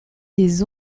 des